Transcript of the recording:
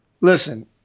Listen